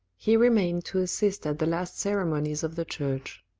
he remained to assist at the last ceremonies of the church.